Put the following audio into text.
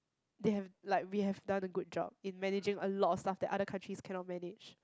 they have like we have done a good job in managing a lot of stuff that other countries cannot manage